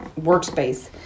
workspace